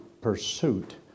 pursuit